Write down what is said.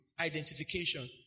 Identification